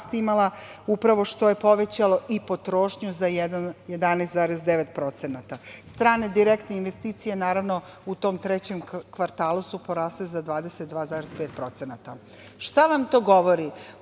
upravo što je povećalo i potrošnju za 11,9%. Strane direktne investicije, naravno, u tom trećem kvartalu su porasle za 22,5%.Šta vam to govori?